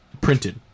printed